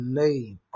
name